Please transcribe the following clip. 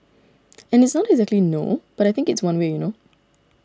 and it's not exactly no but I think it's one way you know